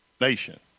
nation